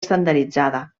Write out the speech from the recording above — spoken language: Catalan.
estandarditzada